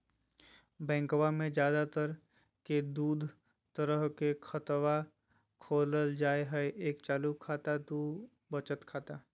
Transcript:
बैंकवा मे ज्यादा तर के दूध तरह के खातवा खोलल जाय हई एक चालू खाता दू वचत खाता